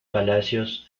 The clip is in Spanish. palacios